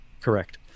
Correct